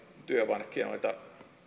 työmarkkinoita